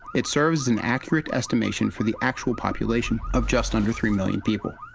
it serves an accurate estimation for the actual population of just under three million people.